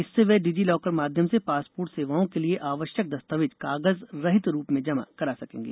इससे वे digilocker माध्यम से पासपोर्ट सेवाओं के लिए आवश्यक दस्तावेज कागज रहित रूप में जमा करा सकेंगे